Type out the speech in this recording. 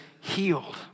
healed